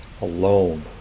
alone